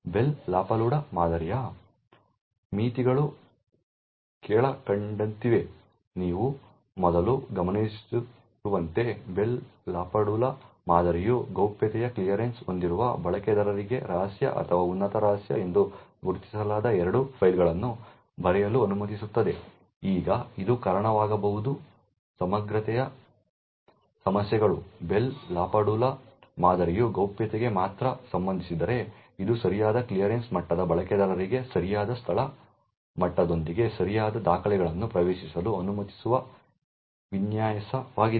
Bell LaPadula ಮಾದರಿಯ ಮಿತಿಗಳು ಕೆಳಕಂಡಂತಿವೆ ನೀವು ಮೊದಲು ಗಮನಿಸಿರುವಂತೆ Bell LaPadula ಮಾದರಿಯು ಗೌಪ್ಯತೆಯ ಕ್ಲಿಯರೆನ್ಸ್ ಹೊಂದಿರುವ ಬಳಕೆದಾರರಿಗೆ ರಹಸ್ಯ ಅಥವಾ ಉನ್ನತ ರಹಸ್ಯ ಎಂದು ಗುರುತಿಸಲಾದ ಎರಡು ಫೈಲ್ಗಳನ್ನು ಬರೆಯಲು ಅನುಮತಿಸುತ್ತದೆ ಈಗ ಇದು ಕಾರಣವಾಗಬಹುದು ಸಮಗ್ರತೆಯ ಸಮಸ್ಯೆಗಳು ಬೆಲ್ ಲಾಪಾಡುಲಾ ಮಾದರಿಯು ಗೌಪ್ಯತೆಗೆ ಮಾತ್ರ ಸಂಬಂಧಿಸಿದೆ ಇದು ಸರಿಯಾದ ಕ್ಲಿಯರೆನ್ಸ್ ಮಟ್ಟದ ಬಳಕೆದಾರರಿಗೆ ಸರಿಯಾದ ಸ್ಥಳ ಮಟ್ಟದೊಂದಿಗೆ ಸರಿಯಾದ ದಾಖಲೆಗಳನ್ನು ಪ್ರವೇಶಿಸಲು ಅನುಮತಿಸುವ ವಿನ್ಯಾಸವಾಗಿದೆ